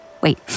Wait